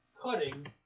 cutting